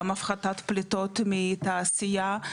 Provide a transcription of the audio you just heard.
גם הפחתת פליטות מתעשייה.